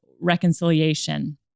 reconciliation